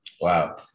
Wow